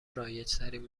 رایجترین